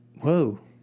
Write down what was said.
whoa